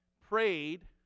prayed